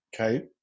okay